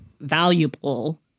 valuable